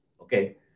okay